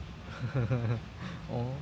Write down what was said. !aww!